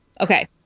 Okay